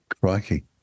Crikey